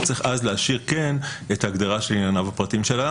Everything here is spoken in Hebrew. אז צריך כן להשאיר את ההגדרה של "ענייניו הפרטיים של אדם",